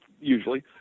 usually